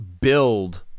build